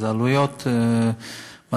אלה עלויות מדהימות,